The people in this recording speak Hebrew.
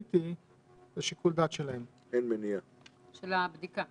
לגבי העניין של החזרה שלכם לפעילות,